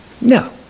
No